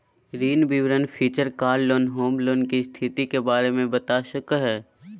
ऋण विवरण feature car loan, home loan, के स्थिति के बारे में बता सका हइ